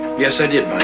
yes. i did,